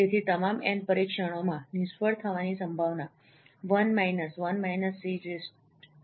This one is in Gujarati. તેથી તમામ એન પરીક્ષણોમાં નિષ્ફળ થવાની સંભાવના 1 − 1 − es 1 − p છે